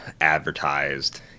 advertised